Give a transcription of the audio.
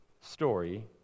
story